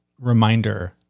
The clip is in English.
reminder